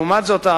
לעומת זאת,